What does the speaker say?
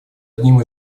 одним